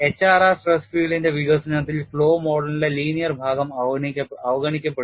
HRR stress ഫീൽഡിന്റെ വികസനത്തിൽ flow മോഡലിന്റെ ലീനിയർ ഭാഗം അവഗണിക്കപ്പെടുന്നു